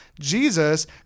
jesus